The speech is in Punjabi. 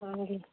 ਹਾਂਜੀ